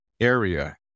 area